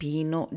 Pino